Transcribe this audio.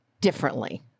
differently